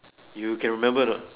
you can remember or not